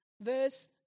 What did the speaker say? verse